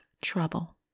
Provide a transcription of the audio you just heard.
trouble